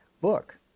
book